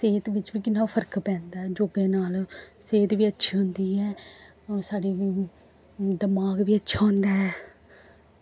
सेह्त बिच्च बी किन्ना फर्क पैंदा ऐ योगे नाल सेह्त बी अच्छी होंदी ऐ साढ़ी दमाक बी अच्छा होंदा ऐ